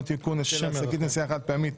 (תיקון - היטל על שקית נשיאה חד-פעמית),